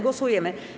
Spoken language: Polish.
Głosujemy.